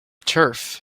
turf